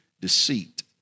deceit